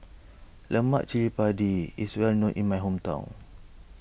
Lemak Cili Padi is well known in my hometown